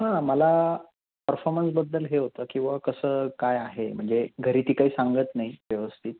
हां मला परफॉर्मन्सबद्दल हे होतं किंवा कसं काय आहे म्हणजे घरी तर काही सांगत नाही व्यवस्थित